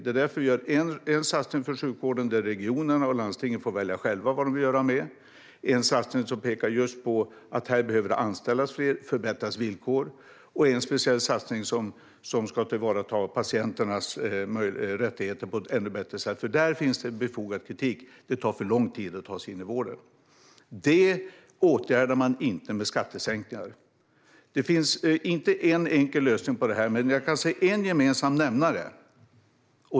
Det är därför vi gör en satsning för sjukvården där regionerna och landstingen får välja själva vad de vill göra. Vi gör en satsning som pekar just på att det behöver anställas fler och att villkoren behöver förbättras. Det görs en speciell satsning som ska tillvarata patienternas rättigheter på ett ännu bättre sätt. Där finns det befogad kritik. Det tar för lång tid att ta sig in i vården. Det åtgärdar man inte med skattesänkningar. Det finns inte en enkel lösning på det. Men jag kan se en gemensam nämnare.